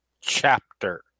chapter